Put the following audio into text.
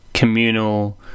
communal